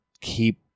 keep